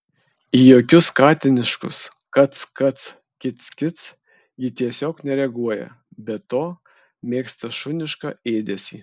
į jokius katiniškus kac kac kic kic ji tiesiog nereaguoja be to mėgsta šunišką ėdesį